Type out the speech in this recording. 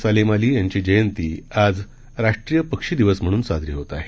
सालीम अली यांची जयंती आज राष्ट्रीय पक्षी दिवस म्हणून साजरी होत आहे